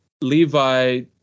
Levi